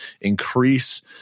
increase